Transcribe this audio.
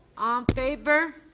favor?